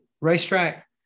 racetrack